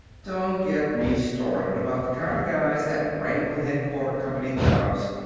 don't get me started about the kinda guys that wangle headquarters-company jobs!